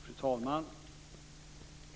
Fru talman!